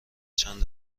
چند